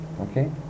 Okay